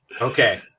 Okay